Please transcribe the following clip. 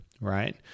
right